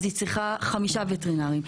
אז היא צריכה חמישה וטרינרים.